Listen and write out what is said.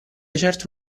certo